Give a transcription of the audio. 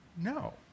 No